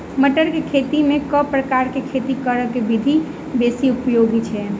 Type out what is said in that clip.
मटर केँ खेती मे केँ प्रकार केँ खेती करऽ केँ विधि बेसी उपयोगी छै?